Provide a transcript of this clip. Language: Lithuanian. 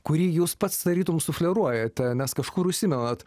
kurį jūs pats tarytum sufleruojate nes kažkur užsimenat